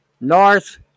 north